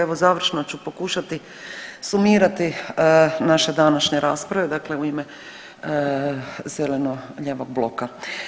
Evo, završno ću pokušati sumirati naše današnje rasprave, dakle u ime zeleno-lijevog bloka.